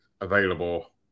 available